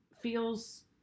feels